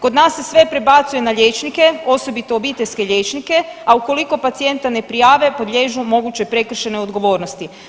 Kod nas se sve prebacuje na liječnike osobito obiteljske liječnike, a ukoliko pacijenta ne prijave podliježu mogućoj prekršajnoj odgovornosti.